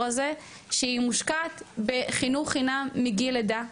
הזה שהיא מושקעת בחינוך חינם מגיל לידה,